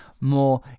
more